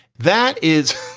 that is